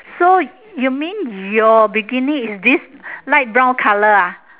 so you mean your bikini is this light brown colour ah